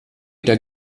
der